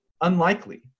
unlikely